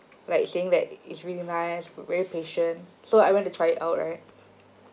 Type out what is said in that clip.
like saying that it's really nice very patient so I went to try it out right